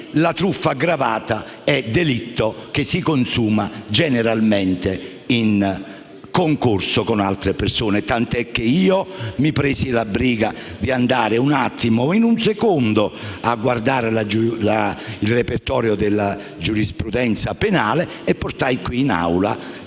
la truffa aggravata è delitto che si consuma generalmente in concorso con altre persone, tant'è che mi presi la briga di andare a guardare il repertorio della giurisprudenza penale e portai in